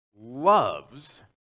loves